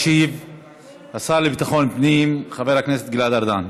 ישיב השר לביטחון פנים חבר הכנסת גלעד ארדן,